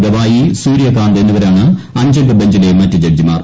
ഗവായി സൂര്യകാന്ത് എന്നിവരാണ് അഞ്ചംഗ ബഞ്ചിലെ മറ്റ് ജഡ്ജിമാർ